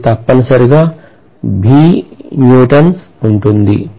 ఇది తప్పనిసరిగా B newtons ఉంటుంది